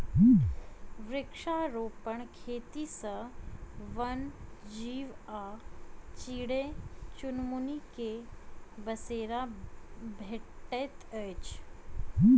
वृक्षारोपण खेती सॅ वन्य जीव आ चिड़ै चुनमुनी के बसेरा भेटैत छै